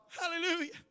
Hallelujah